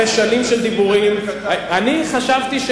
אני חשבתי,